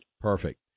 perfect